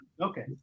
Okay